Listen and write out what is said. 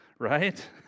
right